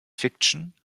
fiction